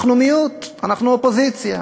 אנחנו מיעוט, אנחנו אופוזיציה.